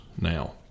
now